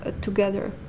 together